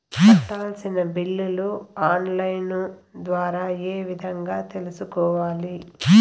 కట్టాల్సిన బిల్లులు online ద్వారా ఏ విధంగా తెలుసుకోవాలి?